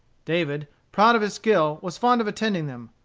david, proud of his skill, was fond of attending them.